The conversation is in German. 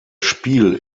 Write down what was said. spiel